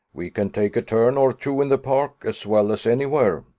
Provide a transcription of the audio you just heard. we can take a turn or two in the park, as well as any where,